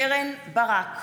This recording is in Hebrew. גברתי